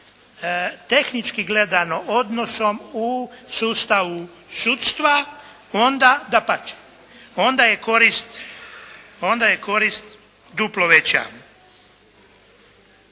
tehnički gledano odnosom u sustavu sudstva onda dapače, onda je korist duplo veća.